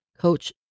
coach